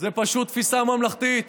זאת פשוט תפיסה ממלכתית,